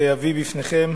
להביא בפניכם